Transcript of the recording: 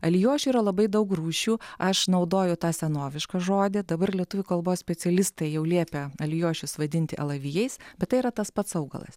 alijošių yra labai daug rūšių aš naudoju tą senovišką žodį dabar lietuvių kalbos specialistai jau liepia alijošius vadinti alavijais bet tai yra tas pats augalas